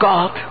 God